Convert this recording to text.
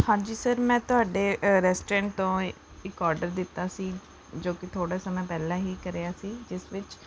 ਹਾਂਜੀ ਸਰ ਮੈਂ ਤੁਹਾਡੇ ਰੈਸਟਰੋਰੇਂਟ ਤੋਂ ਇੱਕ ਔਡਰ ਦਿੱਤਾ ਸੀ ਜੋ ਕਿ ਥੋੜ੍ਹੇ ਸਮੇਂ ਪਹਿਲਾਂ ਹੀ ਕਰਿਆ ਸੀ ਜਿਸ ਵਿੱਚ